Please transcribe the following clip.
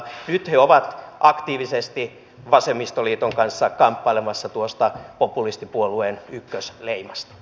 nyt he ovat aktiivisesti vasemmistoliiton kanssa kamppailemassa tuosta populistipuolueen ykkösleimasta